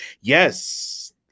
yes